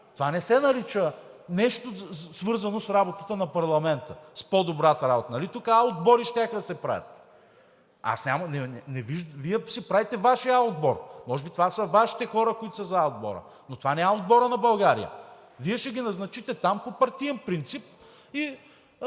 Това не се нарича нещо, свързано с работата на парламента – с по-добрата работа. Нали тук А отбори щяха да се правят?! Вие си правите Вашия А отбор, може би това са Вашите хора, които са за А отбора, но това не е А отборът на България. Вие ще ги назначите там по партиен принцип,